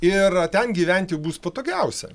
ir ten gyventi bus patogiausia